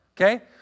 Okay